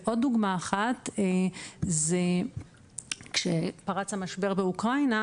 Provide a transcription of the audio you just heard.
עוד דוגמה אחת, כשפרץ המשבר באוקראינה,